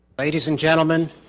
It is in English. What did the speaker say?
ladies and gentlemen